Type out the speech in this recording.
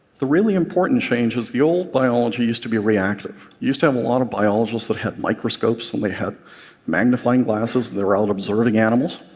the really important change is the old biology used to be reactive. you used to have a lot of biologists that had microscopes, and they had magnifying glasses and they were out observing animals.